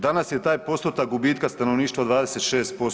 Danas je taj postotak gubitka stanovništva 26%